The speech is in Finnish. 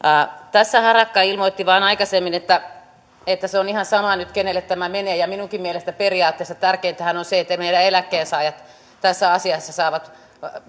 tässä harakka ilmoitti vain aikaisemmin että että se on ihan sama nyt kenelle tämä menee minunkin mielestäni periaatteessa tärkeintähän on on se että meidän eläkkeensaajat tässä asiassa saavat